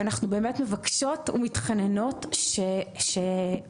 ואנחנו באמת מבקשות ומתחננות שהוועדה